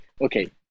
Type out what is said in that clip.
okay